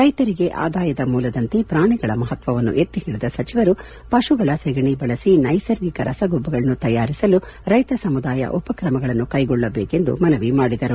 ರೈತರಿಗೆ ಆದಾಯದ ಮೂಲದಂತೆ ಪ್ರಾಣಿಗಳ ಮಹತ್ವನ್ನು ಎತ್ತಿ ಹಿಡಿದ ಸಚಿವರು ಪಶುಗಳ ಸೆಗಣಿ ಬಳಸಿ ನೈಸರ್ಗಿಕ ರಸಗೊಬ್ಬರಗಳನ್ನು ತಯಾರಿಸಲು ರೈತ ಸಮುದಾಯ ಉಪಕ್ರಮಗಳನ್ನು ಕೈಗೊಳ್ಳಬೇಕೆಂದು ಮನವಿ ಮಾಡಿದರು